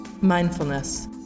mindfulness